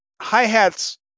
Hi-hats